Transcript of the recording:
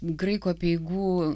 graikų apeigų